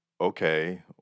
okay